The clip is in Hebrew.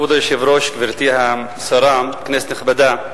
כבוד היושב-ראש, גברתי השרה, כנסת נכבדה,